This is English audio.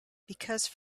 because